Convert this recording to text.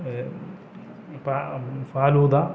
falooda